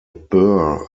burr